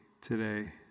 today